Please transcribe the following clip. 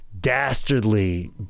dastardly